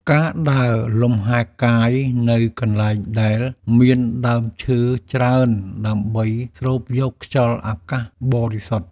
ការដើរលំហែកាយនៅកន្លែងដែលមានដើមឈើច្រើន ដើម្បីស្រូបយកខ្យល់អាកាសបរិសុទ្ធ។